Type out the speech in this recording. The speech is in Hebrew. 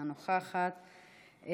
אינה נוכחת.